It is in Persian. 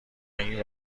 این